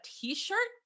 t-shirt